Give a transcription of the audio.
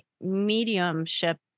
mediumship